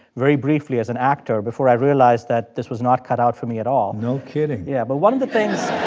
very briefly, as an actor before i realized that this was not cut out for me at all no kidding yeah, but one of the things.